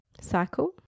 cycle